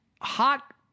hot